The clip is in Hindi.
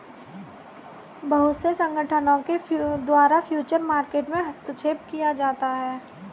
बहुत से संगठनों के द्वारा फ्यूचर मार्केट में हस्तक्षेप किया जाता है